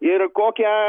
ir kokia